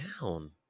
down